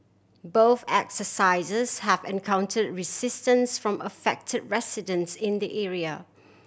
both exercises have encounter resistance from affect residents in the area